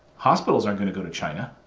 hospitals aren't going to go to china.